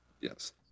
Yes